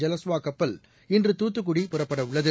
ஜலஸ்வா கப்பல் இன்று தூத்துக்குடி புறப்படவுள்ளது